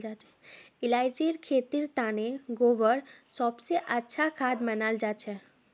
इलायचीर खेतीर तने गोबर सब स अच्छा खाद मनाल जाछेक